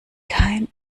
kein